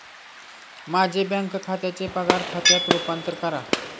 माझे बँक खात्याचे पगार खात्यात रूपांतर करा